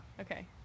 Okay